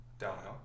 Downhill